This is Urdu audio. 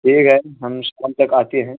ٹھیک ہے ہم شام تک آتے ہیں